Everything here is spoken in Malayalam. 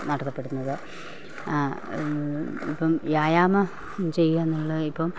നടത്തപ്പെടുന്നത് ഇപ്പം വ്യായാമം ചെയ്യാമെന്നുള്ള ഇപ്പം